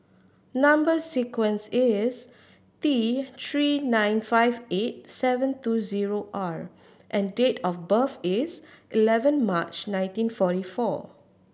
number sequence is T Three nine five eight seven two zero R and date of birth is eleven March nineteen forty four